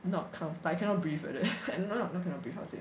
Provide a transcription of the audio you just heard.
not calm like I cannot breathe like that not not breathe how to say